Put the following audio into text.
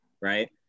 right